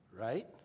right